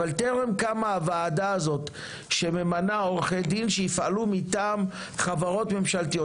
אבל טרם קמה הוועדה הזאת שממנה עורכי דין שיפעלו מטעם חברות ממשלתיות,